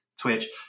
twitch